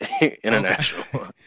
international